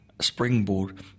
springboard